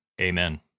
amen